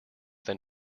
than